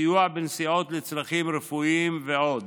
סיוע בנסיעות לצרכים רפואיים ועוד.